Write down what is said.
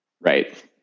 Right